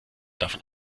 davon